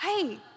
Hey